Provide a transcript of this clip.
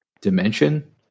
dimension